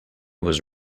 was